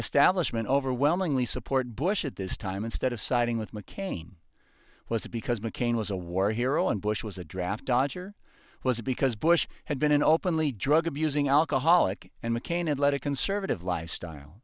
establishment overwhelmingly support bush at this time instead of siding with mccain was it because mccain was a war hero and bush was a draft dodger was because bush had been an openly drug abusing alcoholic and mccain had led a conservative lifestyle